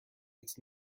it’s